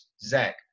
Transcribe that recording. Zach